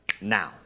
now